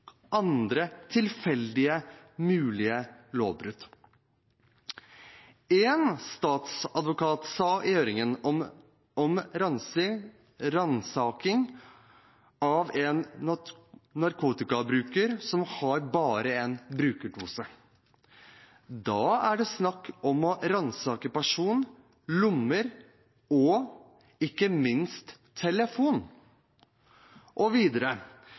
andre tilfeldige mulige lovbrudd. En statsadvokat sa i høringen om ransaking av en narkotikabruker som har bare en brukerdose: Da er det snakk om å ransake person, lommer og ikke minst telefon. Og videre: